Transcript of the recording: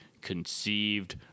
conceived